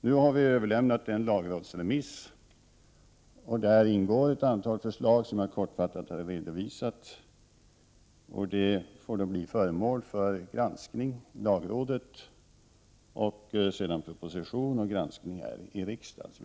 Nu har regeringen överlämnat en lagrådsremiss där ett antal förslag, som jag kortfattat har redovisat, ingår. Dessa förslag blir föremål för granskning i lagrådet, innan en proposition utarbetats som riksdagen sedan får granska.